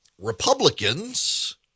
Republicans